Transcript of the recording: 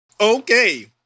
Okay